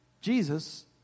Jesus